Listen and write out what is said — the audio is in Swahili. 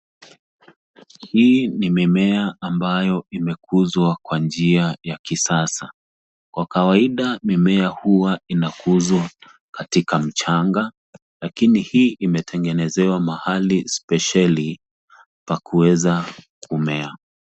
Hii ni mimea ambayo imekuzwa kwa njia ya kisasa. Kwa kawaida mimea huwa inakuzwa katika mchanga, lakini hii imetengenezewa mahali spesheli pa kuweza kumea.